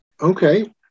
Okay